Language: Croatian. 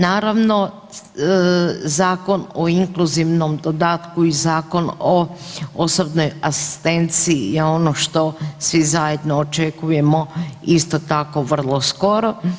Naravno Zakon o inkluzivnom dodatku i Zakon o osobnoj asistenciji je ono što svi zajedno očekujemo isto tako vrlo skoro.